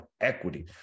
equity